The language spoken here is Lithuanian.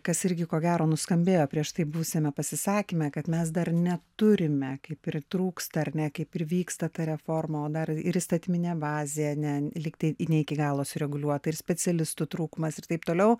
kas irgi ko gero nuskambėjo prieš tai buvusiame pasisakyme kad mes dar neturime kai pritrūksta ar ne kaip ir vyksta ta reforma o dar ir įstatyminė bazė ne lygtai ne iki galo sureguliuota ir specialistų trūkumas ir taip toliau